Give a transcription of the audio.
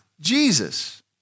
Jesus